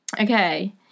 Okay